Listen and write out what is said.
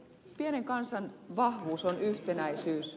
pienen kansan vahvuus on yhtenäisyys